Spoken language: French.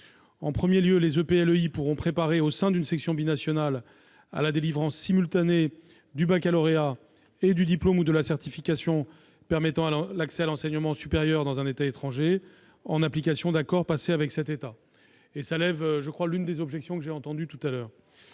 En premier lieu, les EPLEI pourront préparer, au sein d'une section binationale, à la délivrance simultanée du baccalauréat et du diplôme ou de la certification permettant l'accès à l'enseignement supérieur dans un État étranger en application d'accords passés avec cet État. Je crois que cette mesure lève l'une des objections que j'ai entendues.